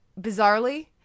bizarrely